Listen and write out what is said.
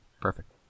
perfect